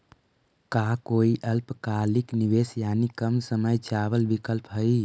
का कोई अल्पकालिक निवेश यानी कम समय चावल विकल्प हई?